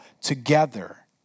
together